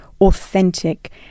authentic